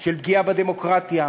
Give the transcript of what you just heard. של פגיעה בדמוקרטיה,